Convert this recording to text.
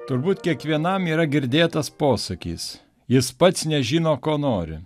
turbūt kiekvienam yra girdėtas posakis jis pats nežino ko nori